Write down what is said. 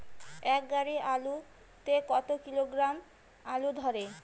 এক গাড়ি আলু তে কত কিলোগ্রাম আলু ধরে?